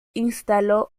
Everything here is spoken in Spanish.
instaló